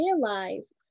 realized